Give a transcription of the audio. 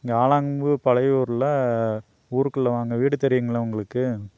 இங்கே ஆலங்கூர் பழையூர்ல ஊருக்குள்ள வாங்க வீடு தெரியுங்களா உங்களுக்கு